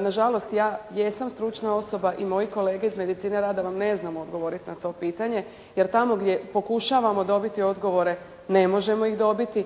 Na žalost ja jesam stručna osoba i moji kolege iz medicine rada vam ne znamo odgovoriti na to pitanje, jer tamo gdje pokušavamo dobiti odgovore ne možemo ih dobiti,